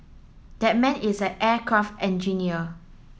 that man is an aircraft engineer